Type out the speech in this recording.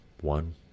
one